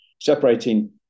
separating